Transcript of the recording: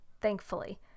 thankfully